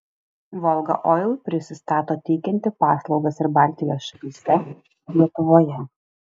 volga oil prisistato teikianti paslaugas ir baltijos šalyse lietuvoje